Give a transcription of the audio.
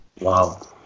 Wow